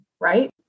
right